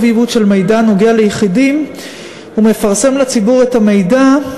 ועיבוד של מידע הנוגע ליחידים ומפרסם לציבור את המידע,